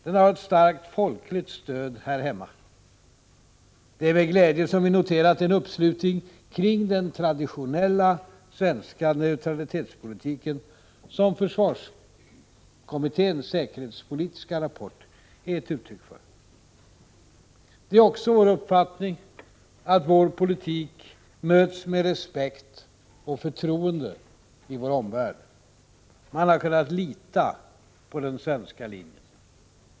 Den har ett starkt folkligt stöd här hemma. Det är med glädje som vi noterat den uppslutning kring den traditionella svenska neutralitetspolitiken som försvarskommitténs säkerhetspolitiska rapport är ett uttryck för. Det är också vår uppfattning att vår politik möts med respekt och förtroende i vår omvärld. Man har kunnat lita på den svenska linjen.